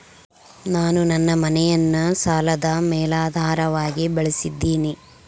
ನಾನು ನನ್ನ ಮನೆಯನ್ನ ಸಾಲದ ಮೇಲಾಧಾರವಾಗಿ ಬಳಸಿದ್ದಿನಿ